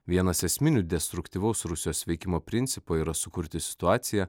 vienas esminių destruktyvaus rusijos veikimo principo yra sukurti situaciją